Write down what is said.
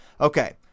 Okay